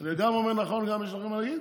אני גם אומר נכון, גם יש לכם מה להגיד?